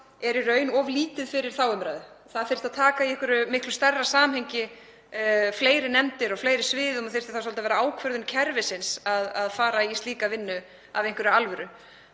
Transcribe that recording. er í raun of lítið fyrir þá umræðu. Það þyrfti að taka í miklu stærra samhengi, fleiri nefndir á fleiri sviðum, og þyrfti þá að vera ákvörðun kerfisins að fara í slíka vinnu af einhverri alvöru.